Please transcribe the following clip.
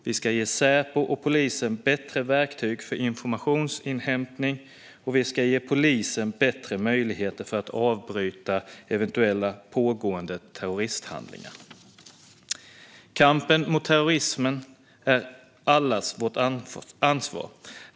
Vi ska ge Säpo och polisen bättre verktyg för informationsinhämtning, och vi ska ge polisen bättre möjligheter att avbryta eventuella pågående terroristhandlingar. Kampen mot terrorismen är allas vårt ansvar.